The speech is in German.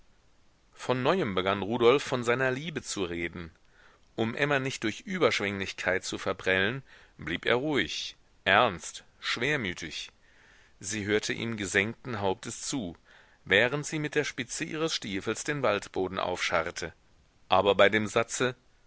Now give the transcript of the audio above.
von neuem begann rudolf von seiner liebe zu reden um emma nicht durch überschwenglichkeit zu verprellen blieb er ruhig ernst schwermütig sie hörte ihm gesenkten hauptes zu während sie mit der spitze ihres stiefels den waldboden aufscharrte aber bei dem satze